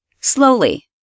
slowly